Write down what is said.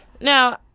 Now